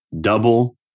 double